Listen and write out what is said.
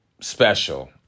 special